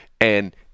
and-